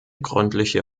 gründliche